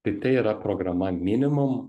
tai tai yra programa minimumu